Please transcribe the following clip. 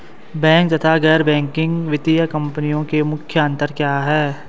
Bank तथा गैर banking वित्तीय कंपनियों में मुख्य अंतर क्या है?